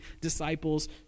disciples